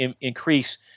increase